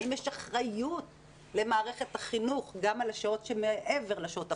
האם יש אחריות למערכת החינוך גם על השעות שמעבר לשעות הפורמליות.